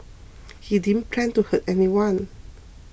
he plan to hurt anyone